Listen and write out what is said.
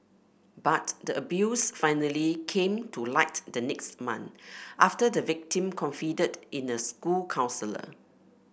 but the abuse finally came to light the next month after the victim confided in a school counsellor